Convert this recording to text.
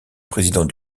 président